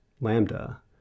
Lambda